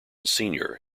senior